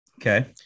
Okay